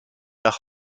nach